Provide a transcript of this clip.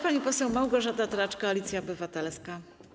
Pani poseł Małgorzata Tracz, Koalicja Obywatelska.